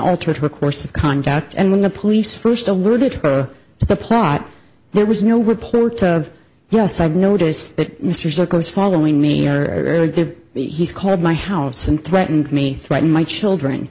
altered her course of conduct and when the police first alerted her to the plot there was no report yes i've noticed that mr circles following me or he's called my house and threatened me threatened my children